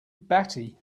batty